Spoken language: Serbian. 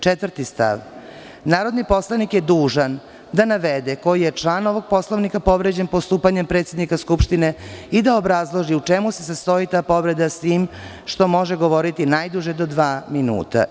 Četvrti stav – Narodni poslanik je dužan da navede koji je član ovog Poslovnika povređen postupanjem predsednika Skupštine i da obrazloži u čemu se sastoji ta povreda, s tim što može govoriti najduže do dva minuta.